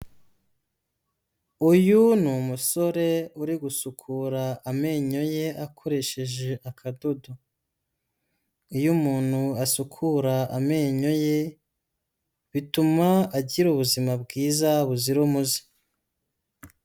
Uyu ni umusore uri gusukura amenyo ye akoresheje akadodo. Iyo umuntu asukura amenyo ye bituma agira ubuzima bwiza buzira umuze.